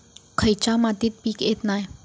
खयच्या मातीत पीक येत नाय?